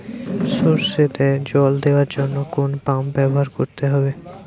সরষেতে জল দেওয়ার জন্য কোন পাম্প ব্যবহার করতে হবে?